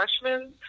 freshmen